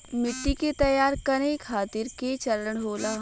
मिट्टी के तैयार करें खातिर के चरण होला?